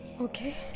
Okay